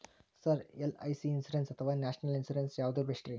Sir LIC insurance ಅಥವಾ national insurance ಯಾವುದು ಬೆಸ್ಟ್ರಿ?